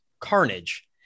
carnage